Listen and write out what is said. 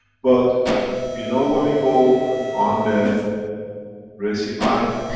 but you know when we go on the racing line,